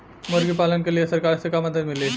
मुर्गी पालन के लीए सरकार से का मदद मिली?